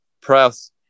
press